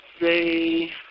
say